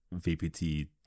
VPT